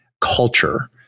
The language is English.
culture